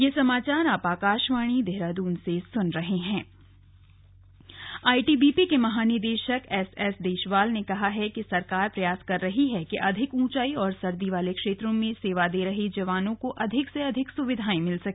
slug ITBP लोकार्पण Champawat ITBP के महानिदेशक एसएस देशवाल ने कहा है कि सरकार का प्रयास कर रही है कि अधिक ऊंचाई और सर्दी वाले क्षेत्रों में सेवा दे रहे जवानों को अधिक से अधिक सुविधा मिल सके